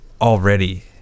already